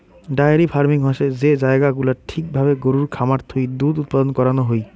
diary farming হসে যে জায়গা গুলাত ঠিক ভাবে গরুর খামার থুই দুধ উৎপাদন করানো হুই